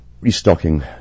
restocking